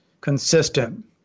consistent